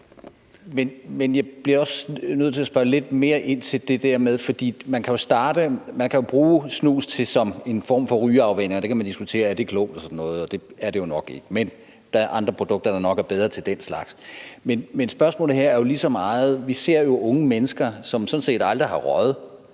men jeg bliver også nødt til at spørge lidt mere ind til det. Man kan jo bruge snus til en form for rygeafvænning, og man kan diskutere, om det er klogt og sådan noget, og det er det jo nok ikke, da der er andre produkter, der nok er bedre til den slags. Spørgsmålet her er jo lige så meget et andet. Vi ser jo unge mennesker, som sådan set aldrig har røget,